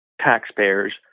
taxpayers